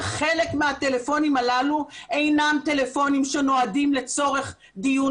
חלק מהטלפונים הללו אינם טלפונים שנועדים לצורך דיון